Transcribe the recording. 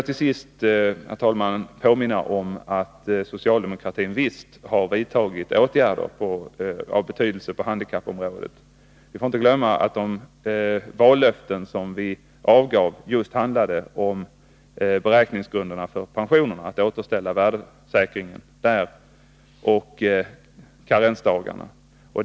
Jag vill till sist påminna om att socialdemokratin visst har vidtagit åtgärder av betydelse på handikappområdet. Man får inte glömma att det i de vallöften som vi avgav ingick att återställa värdesäkringen av pensionerna samt att behålla karensdagarna.